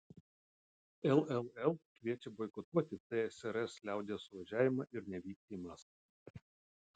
lll kviečia boikotuoti tsrs liaudies suvažiavimą ir nevykti į maskvą